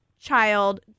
child